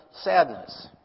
sadness